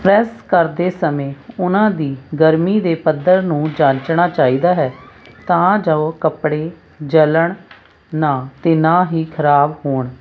press ਕਰਦੇ ਸਮੇਂ ਉਹਨਾਂ ਦੀ ਗਰਮੀ ਦੇ ਪੱਧਰ ਨੂੰ ਜਾਂਚਣਾ ਚਾਹੀਦਾ ਹੈ ਤਾਂ ਜੋ ਕੱਪੜੇ ਜਲਣ ਨਾ ਅਤੇ ਨਾ ਹੀ ਖ਼ਰਾਬ ਹੋਣ